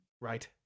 Right